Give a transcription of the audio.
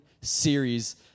series